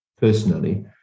personally